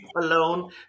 alone